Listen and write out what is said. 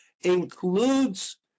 includes